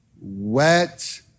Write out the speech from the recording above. wet